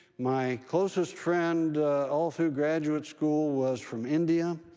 my closest friend all through graduate school was from india.